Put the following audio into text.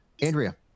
Andrea